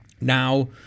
Now